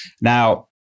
Now